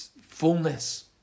fullness